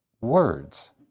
words